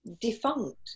defunct